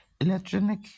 electronic